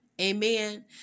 Amen